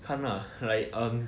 看啦 like um